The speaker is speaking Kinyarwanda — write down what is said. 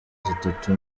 zitatu